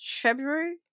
February